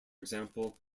example